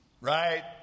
Right